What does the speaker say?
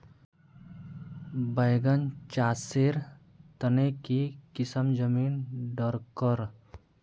बैगन चासेर तने की किसम जमीन डरकर?